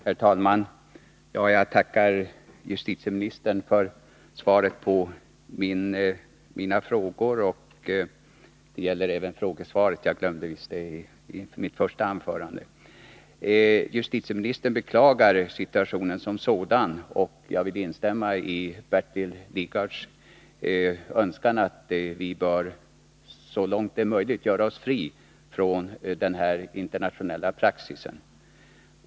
Herr talman! Jag tackar justitieministern för svaret på mina frågor. Det gäller även frågesvaret — jag glömde visst det i mitt första anförande. Justitieministern beklagar situationen som sådan. Jag vill instämma i Bertil Lidgards önskan att vi så långt det är möjligt skall göra oss fria från denna internationella praxis.